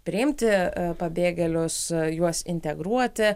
priimti pabėgėlius juos integruoti